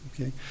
Okay